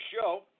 show